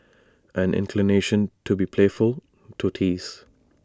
an inclination to be playful to tease